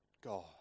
God